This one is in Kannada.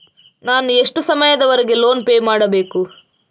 ನಾನು ಎಷ್ಟು ಸಮಯದವರೆಗೆ ಲೋನ್ ಪೇ ಮಾಡಬೇಕು?